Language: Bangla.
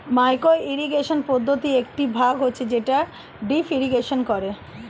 মাইক্রো ইরিগেশন পদ্ধতির একটি ভাগ হচ্ছে যেটা ড্রিপ ইরিগেশন করে